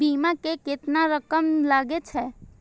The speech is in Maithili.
बीमा में केतना रकम लगे छै?